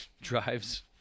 drives